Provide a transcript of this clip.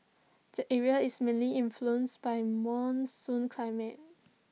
the area is mainly influenced by monsoon climate